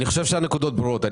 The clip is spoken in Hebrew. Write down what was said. אני חושב שהנקודות ברורות.